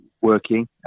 working